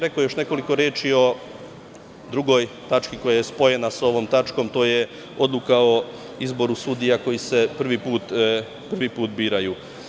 Rekao bih još nekoliko reči o drugoj tački, koja je spojena sa ovom tačkom, a to je Odluka o izboru sudija koji se prvi put biraju.